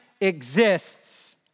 exists